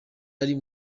ari